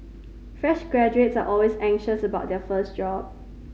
fresh graduates are always anxious about their first job